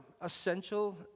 essential